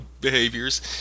behaviors